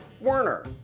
Werner